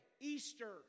Easter